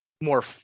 more